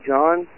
John